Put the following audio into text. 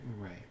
Right